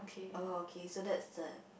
oh okay so that's the